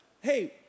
Hey